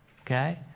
Okay